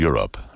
Europe